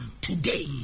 today